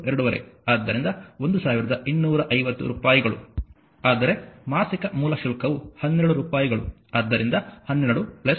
5 ಆದ್ದರಿಂದ 1250 ರೂಪಾಯಿಗಳು ಆದರೆ ಮಾಸಿಕ ಮೂಲ ಶುಲ್ಕವು 12 ರೂಪಾಯಿಗಳು